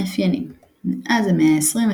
מאפיינים מאז המאה ה-20,